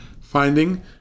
finding